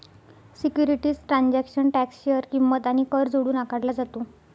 securities transaction tax share किंमत आणि कर जोडून आकारला जातो